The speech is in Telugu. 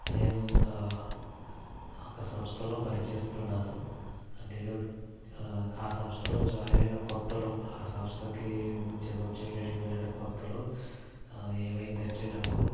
నేను ఒక ఒక సంస్థలో పనిచేస్తున్నాను నేను సంస్థలో జాయినయిన కొత్తలో సంస్థకి ఉద్యోగం చేయడానికి వెళ్లిన కొత్తలో ఏమైందంటే నాకు